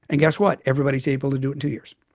and guess what? everybody is able to do it in two years.